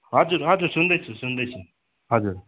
हजुर हजुर सुन्दैछु सुन्दैछु हजुर